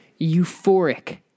euphoric